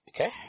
Okay